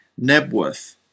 Nebworth